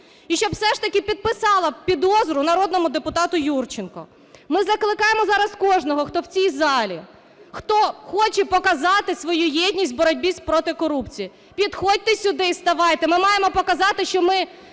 і щоб все ж таки підписала підозру народному депутату Юрченку. Ми закликаємо зараз кожного, хто в цій залі, хто хоче показати свою єдність в боротьбі проти корупції, підходьте сюди і ставайте. Ми маємо показати, що ми